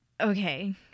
okay